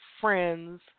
friends